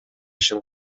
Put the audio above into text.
ишин